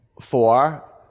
Four